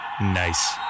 Nice